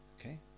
okay